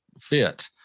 fit